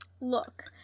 Look